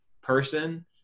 person